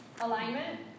alignment